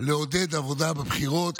לעודד עבודה בבחירות,